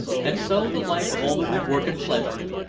and so the life of alternate work and pleasure,